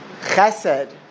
Chesed